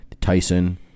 Tyson